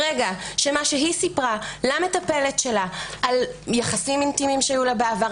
ברגע שמה שהיא סיפרה למטפלת שלה על יחסים אינטימיים שהיו לה בעבר,